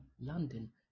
London